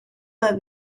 war